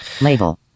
Label